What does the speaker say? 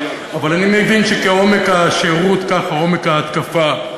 אבל אני מבין שכעומק השירות כך עומק ההתקפה.